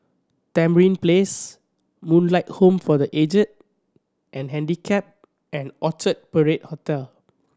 Tamarind Place Moonlight Home for The Aged and Handicapped and Orchard Parade Hotel